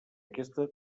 aquesta